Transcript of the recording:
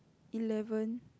eleven